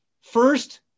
first